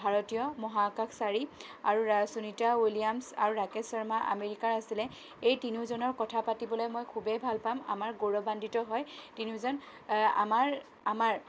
ভাৰতীয় মহাকাশচাৰী আৰু ৰা সুনীতা উইলিয়ামছ্ আৰু ৰাকেশ শৰ্মা আমেৰিকাৰ আছিলে এই তিনিওজনৰ কথা পাতিবলৈ মই খুবেই ভাল পাম আমাৰ গৌৰৱান্বিত হয় তিনিওজন আমাৰ আমাৰ